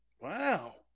Wow